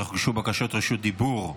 אך הוגשו בקשות רשות דיבור.